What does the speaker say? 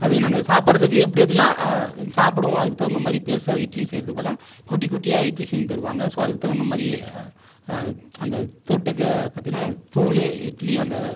அது நாங்கள் சாப்பிடுவதற்கு எப்படி எப்படியெல்லாம் சாப்பிடுவோம் அதுக்கு தகுந்த மாதிரி பெருசாக இட்லி செய்கிறதுக்கு பதிலாக குட்டி குட்டியாக இட்லி செய்து தருவாங்க அதுக்கு தகுந்த மாதிரி அந்த தொட்டுக்க பார்த்தீங்கன்னா தூள் இட்லி அந்த